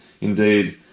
Indeed